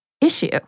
issue